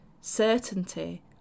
Certainty